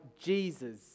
Jesus